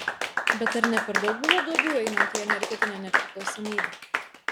bet ar ne per daug buvo duobių einant į energetinę nepriklausomybę